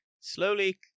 Slowly